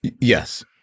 Yes